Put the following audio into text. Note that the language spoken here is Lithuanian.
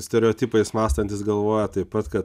stereotipais mąstantis galvoja taip pat kad